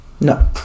No